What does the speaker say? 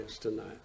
tonight